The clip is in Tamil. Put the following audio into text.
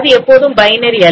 அது எப்போதும் பைனரி அல்ல